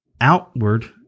outward